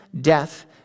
death